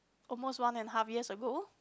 almost one and half years ago